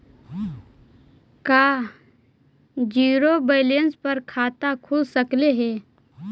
का zero balance पर खाता खुल सकले हे?